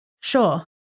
Sure